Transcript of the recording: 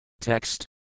Text